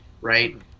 right